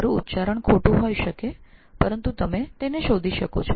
મારુ ઉચ્ચારણ કદાચ ખોટું હોઈ શકે પરંતુ આપ એ શોધી શકો છ